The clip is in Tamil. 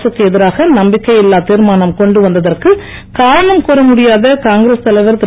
அரசுக்கு எதிராக நம்பிக்கையில்லா தீர்மானம் கொண்டு வந்ததற்கு காரணம் கூற முடியாத காங்கிரஸ் தலைவர் திரு